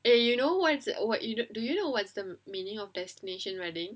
eh you know what's what you do you know what's the meaning of destination wedding